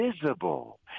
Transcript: visible